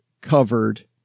covered